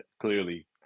clearly